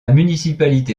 municipalité